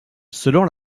selon